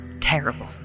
terrible